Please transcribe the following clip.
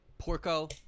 Porco